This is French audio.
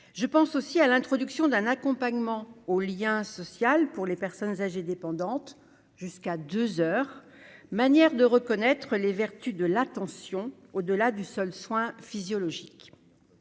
je pense aussi à l'introduction d'un accompagnement au lien social pour les personnes âgées dépendantes jusqu'à deux heures, manière de reconnaître les vertus de l'attention, au-delà du seul soin physiologique,